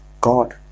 God